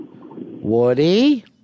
Woody